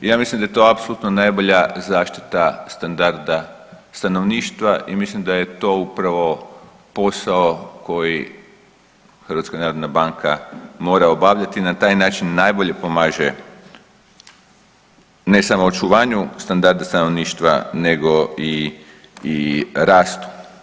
Ja mislim da je to apsolutno najbolja zaštita standarda stanovništva i mislim da je to upravo posao koji HNB mora obavljati i na taj način najbolje pomaže ne samo očuvanju standarda stanovništva nego i rastu.